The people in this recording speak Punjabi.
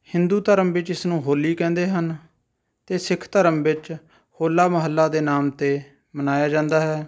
ਹਿੰਦੂ ਧਰਮ ਵਿੱਚ ਇਸਨੂੰ ਹੋਲੀ ਕਹਿੰਦੇ ਹਨ ਅਤੇ ਸਿੱਖ ਧਰਮ ਵਿੱਚ ਹੋਲਾ ਮਹੱਲਾ ਦੇ ਨਾਮ 'ਤੇ ਮਨਾਇਆ ਜਾਂਦਾ ਹੈ